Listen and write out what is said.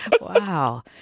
Wow